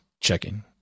checking